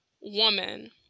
woman